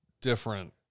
different